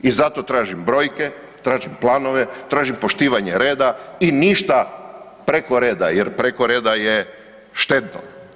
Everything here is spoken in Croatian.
I zato tražim brojke, tražim planove, tražim poštivanje reda i ništa preko reda jer preko reda je štetno.